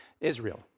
Israel